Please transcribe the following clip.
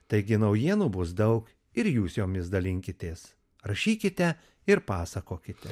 taigi naujienų bus daug ir jūs jomis dalinkitės rašykite ir pasakokite